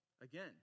Again